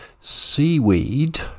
Seaweed